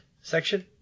section